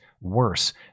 worse